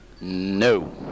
No